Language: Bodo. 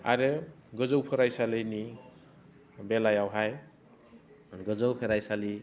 आरो गोजौ फरायसालिनि बेलायावहाय गोजौ फराइसालि